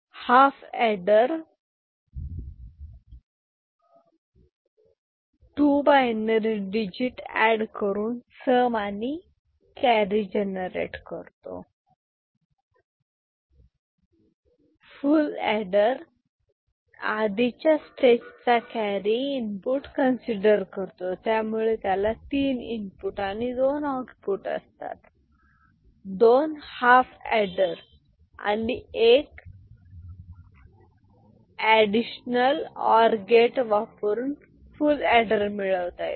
half adder 2 binary digit add करून sum आणि carry generate करतो फुल एडर आधीच्या स्टेज चा कॅरी इनपुट कन्सिडर करतो त्यामुळे त्याला तीन इनपुट आणि दोन आउटपुट असतात दोन हाफ एडर आणि एक एडिशनल ओर गेट यावरून फुल एडर मिळवता येतो